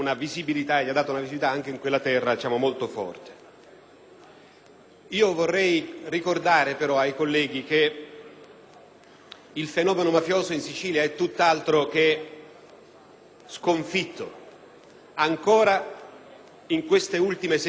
Vorrei ricordare però ai colleghi che il fenomeno mafioso in Sicilia è tutt'altro che sconfitto. Ancora in queste ultime settimane, nonostante i segnali positivi ed importanti che si registrano